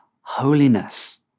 holiness